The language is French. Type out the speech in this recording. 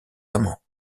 amants